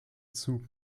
zug